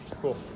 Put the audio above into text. Cool